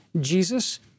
Jesus